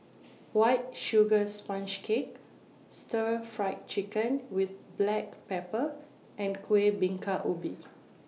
White Sugar Sponge Cake Stir Fry Chicken with Black Pepper and Kuih Bingka Ubi